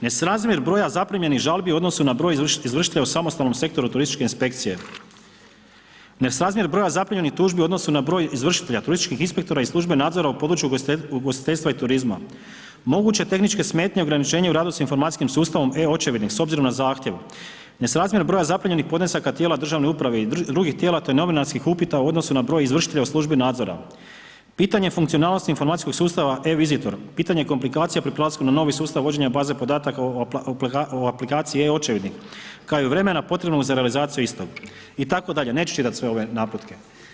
Ne srazmjer broja zaprimljenih zaprimljenih žalbi u odnosu na broj izvršitelja u samostalnom sektoru turističke inspekcije, ne srazmjer broja zaprimljenih tužbi u odnosu na broj izvršitelja turističkih inspektora iz službe nadzora u području ugostiteljstva i turizma, moguće tehničke smetnje ograničenje u radu s informacijskim sustavom e-očevidnik s obzirom na zahtjev, ne srazmjer broja zaprimljenih podnesaka tijela državne uprave i drugih tijela te novinarskih upita u odnosu na broj izvršitelja u službi nadzora, pitanje funkcionalnosti informacijskog sustava e-vizitor, pitanje komplikacija pri prelasku na novi sustav vođena baze podataka o aplikaciji e-očevidnik kao i vremena potrebnog za realizaciju istog itd., neću čitat sve ove naputke.